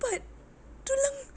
but tulang